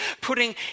putting